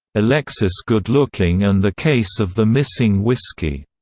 alexis goodlooking and the case of the missing whisky.